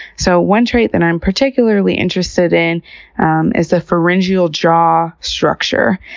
so one trait that i'm particularly interested in um is the pharyngeal jaw structure,